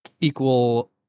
equal